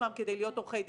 כדי להיות עורכי דין.